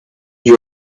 you